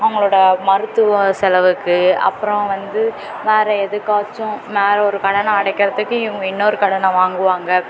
அவங்களோட மருத்துவச் செலவுக்கு அப்றம் வந்து வேறே எதுக்காச்சும் வேறே ஒரு கடனை அடைக்கிறதுக்கு இவங்க இன்னொரு கடனை வாங்குவாங்க